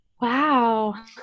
Wow